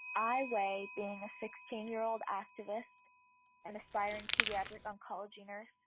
i weigh being a sixteen year old activist and aspiring pediatric oncology nurse,